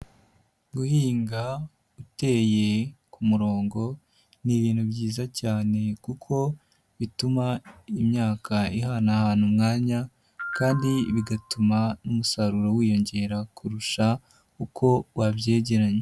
Guhinga uteye murongo ni ibintu byiza cyane kuko bituma imyaka ihanahana umwanya kandi bigatuma n'umusaruro wiyongera kurusha uko wabyegeranya.